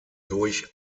durch